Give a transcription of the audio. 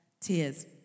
tears